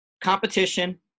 competition